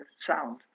sound